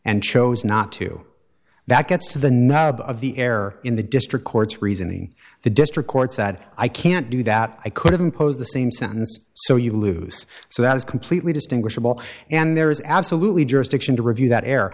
and chose not to that gets to the nub of the air in the district courts reasoning the district court said i can't do that i could impose the same sentence so you loose so that is completely distinguishable and there is absolutely jurisdiction to review that air